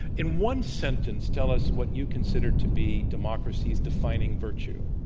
in one sentence, tell us what you consider to be democracy's defining virtue?